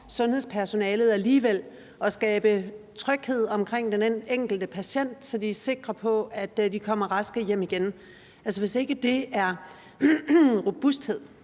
sundhedspersonalet alligevel at skabe tryghed omkring den enkelte patient, så patienterne er sikre på, at de kommer raske hjem igen. Altså, hvis ikke det er robusthed,